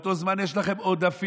באותו זמן יש לכם עודפים.